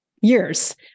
years